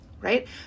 Right